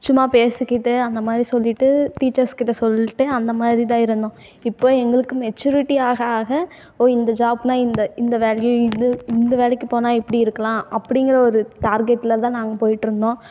சும்மா பேசிக்கிட்டு அந்த மாதிரி சொல்லிகிட்டு டீச்சர்ஸ்கிட்ட சொல்லிட்டு அந்த மாதிரி தான் இருந்தோம் இப்போ எங்களுக்கு மெச்சூரிட்டி ஆக ஆக ஓ இந்த ஜாப்னால் இந்த இந்த வேல்யூ இது இந்த வேலைக்கு போனா இப்படி இருக்கலாம் அப்படிங்கிற ஒரு டார்கெட்டில் தான் நாங்கள் போய்டிருந்தோம்